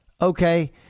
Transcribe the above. Okay